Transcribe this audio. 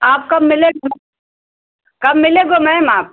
आप कब मिलेगी कब मिलोगे मैम आप